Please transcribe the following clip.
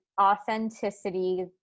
authenticity